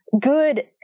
good